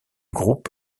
groupe